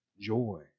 Joy